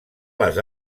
les